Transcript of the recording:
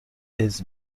ایدز